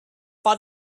but